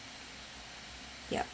yup